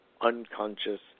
unconscious